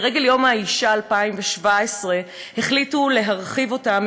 לרגל יום האישה 2017 הם החליטו להרחיב אותה,